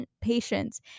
patience